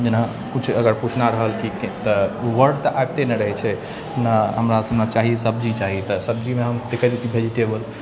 जेना किछु अगर पूछना रहल कि तऽ ओ वर्ड तऽ आबिते ने रहै छै जेना हमरा सबके सब्जी चाही तऽ सब्जीमे हम कहि दै छी वेजिटेबल